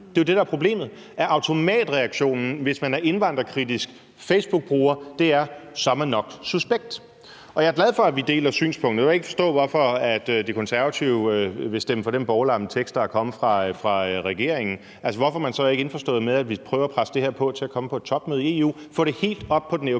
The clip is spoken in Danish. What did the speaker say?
Det er jo det, der er problemet: at automatreaktionen, hvis man er indvandrerkritisk Facebookbruger, er, at så er man nok suspekt. Og jeg er glad for, at vi deler synspunktet. Jeg kan ikke forstå, hvorfor De Konservative vil stemme for den bovlamme tekst, der er kommet fra regeringen. Hvorfor er man så ikke indforstået med, at vi prøver at presse på for, at det her kommer på et topmøde i EU, altså at få det helt op på den europæiske